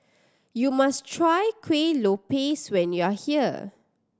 you must try Kueh Lopes when you are here